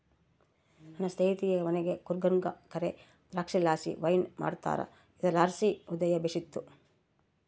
ನನ್ನ ಸ್ನೇಹಿತೆಯ ಮನೆ ಕೂರ್ಗ್ನಾಗ ಕರೇ ದ್ರಾಕ್ಷಿಲಾಸಿ ವೈನ್ ಮಾಡ್ತಾರ ಇದುರ್ಲಾಸಿ ಹೃದಯ ಬೇಶಿತ್ತು